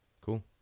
cool